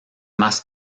más